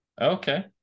Okay